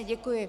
Děkuji.